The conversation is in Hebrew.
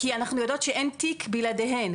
כי אנחנו יודעות שאין תיק בלעדיהן.